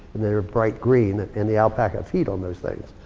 and they're bright green, and the alpaca feed on those things.